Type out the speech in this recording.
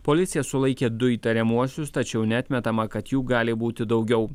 policija sulaikė du įtariamuosius tačiau neatmetama kad jų gali būti daugiau